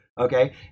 Okay